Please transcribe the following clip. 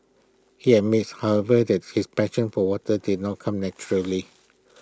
he admits however that his passion for water did not come naturally